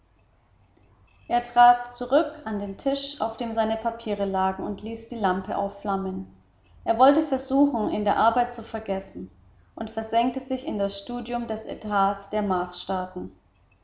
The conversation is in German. er trat zurück an den tisch auf dem seine papiere lagen und ließ die lampe aufflammen er wollte versuchen in der arbeit zu vergessen und versenkte sich in das studium des etats der